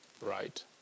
Right